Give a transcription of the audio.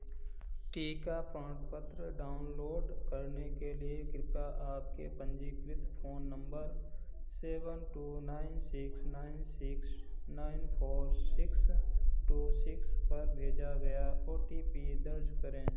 टीका प्रमाणपत्र डाउनलोड करने के लिए कृपया आपके पंजीकृत phone number seven two nine six nine six nine four six two six पर भेजा गया ओ टी पी दर्ज करें